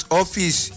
office